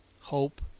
hope